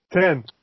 Ten